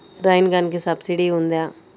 Rain గన్కి subsidy ఉందా?